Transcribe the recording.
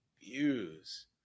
views